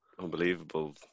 unbelievable